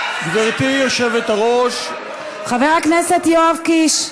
גברתי היושבת-ראש, חבר הכנסת יואב קיש.